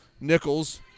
Nichols